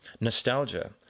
nostalgia